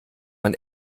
man